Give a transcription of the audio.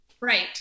Right